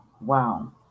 Wow